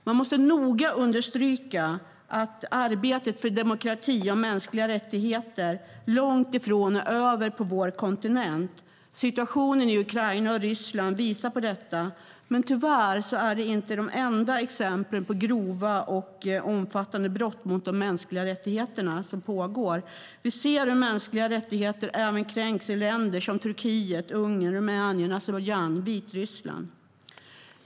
Man måste noga understryka att arbetet för demokrati och mänskliga rättigheter långt ifrån är över på vår kontinent. Situationen i Ukraina och Ryssland visar på detta. Men tyvärr är det inte de enda exemplen på grova och omfattande brott mot de mänskliga rättigheterna som pågår. Vi ser hur mänskliga rättigheter även kränks i länder som Turkiet, Ungern, Rumänien, Azerbajdzjan och Vitryssland.